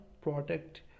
product